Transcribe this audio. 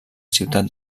ciutat